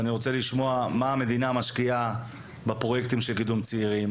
אני רוצה לשמוע מה המדינה משקיעה בפרויקטים של קידום צעירים.